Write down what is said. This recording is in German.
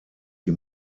die